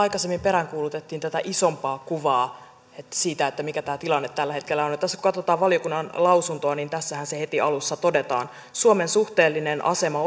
aikaisemmin peräänkuulutettiin isompaa kuvaa siitä mikä tämä tilanne tällä hetkellä on kun katsotaan valiokunnan lausuntoa niin tässähän se heti alussa todetaan suomen suhteellinen asema